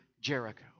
Jericho